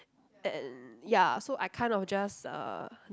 and ya so I kind of just uh